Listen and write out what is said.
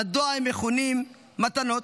מדוע הם מכונים מתנות?